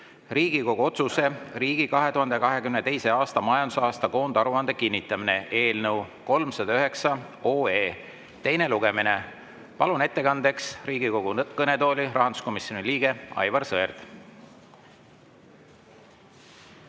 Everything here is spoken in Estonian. Riigikogu otsuse "Riigi 2022. aasta majandusaasta koondaruande kinnitamine" eelnõu 309 teine lugemine. Palun ettekandeks Riigikogu kõnetooli rahanduskomisjoni liikme Aivar Sõerdi.